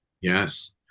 Yes